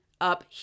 up